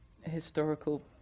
historical